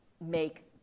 make